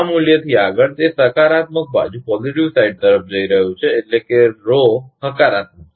આ મૂલ્યથી આગળ તે સકારાત્મક બાજુ તરફ જઈ રહ્યું છે એટલે કે Rhoરોહ હકારાત્મક છે